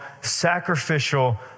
sacrificial